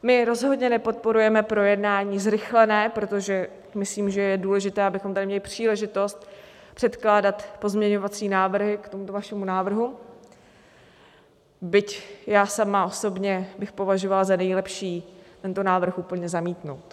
My rozhodně nepodporujeme projednání zrychlené, protože myslím, že je důležité, abychom tady měli příležitost předkládat pozměňovací návrhy k vašemu návrhu, byť já sama osobně bych považovala za nejlepší tento návrh úplně zamítnout.